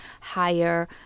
higher